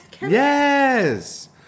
Yes